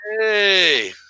Hey